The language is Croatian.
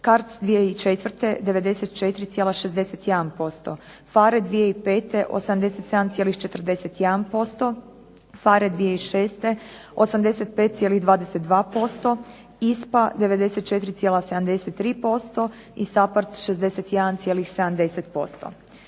CARDS 2004. 94,61%, PHARE 2005. 87,41%, PHARE 2006. 85,22%, ISPA 94,73%, i SAPHARD 61,70%.